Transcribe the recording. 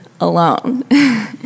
alone